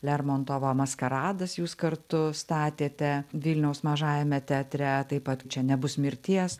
lermontovo maskaradas jūs kartu statėte vilniaus mažajame teatre taip pat čia nebus mirties